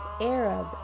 Arab